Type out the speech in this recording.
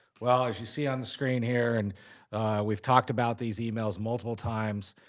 well, as you see on the screen here, and we've talked about these emails multiple times,